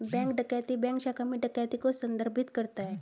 bank डकैती bank शाखा में डकैती को संदर्भित करता है